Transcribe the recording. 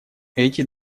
эти